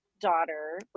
daughter